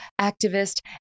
activist